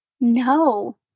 No